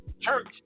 church